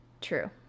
true